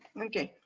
okay.